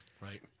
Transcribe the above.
right